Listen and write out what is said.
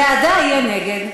ועדה יהיה נגד.